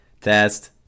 Test